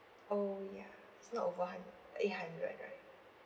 orh ya it's not over hun~ eight hundred right